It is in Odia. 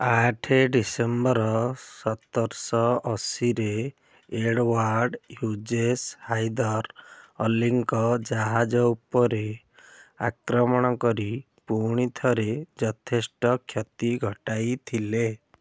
ଆଠ ଡିସେମ୍ବର ସତରଶହ ଅଶୀରେ ଏଡ଼ୱାର୍ଡ଼ ହ୍ୟୁଜେସ୍ ହାଇଦର ଅଲିଙ୍କ ଜାହାଜ ଉପରେ ଆକ୍ରମଣ କରି ପୁଣିଥରେ ଯଥେଷ୍ଟ କ୍ଷତି ଘଟାଇ ଥିଲେ